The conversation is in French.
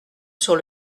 sur